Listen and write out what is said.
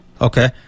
Okay